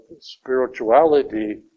spirituality